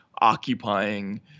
occupying